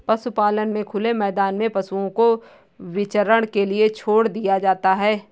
पशुपालन में खुले मैदान में पशुओं को विचरण के लिए छोड़ दिया जाता है